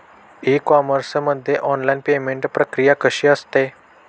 E commerce मध्ये online payment प्रक्रिया कशी असते?